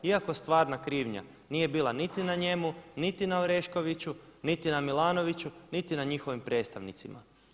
Iako stvarna krivnja nije bila niti na njemu, niti na Oreškoviću, niti na Milanoviću, niti na njihovim predstavnicima.